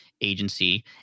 agency